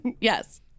Yes